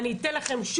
אני אתן לכם,